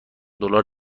دلار